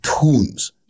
tunes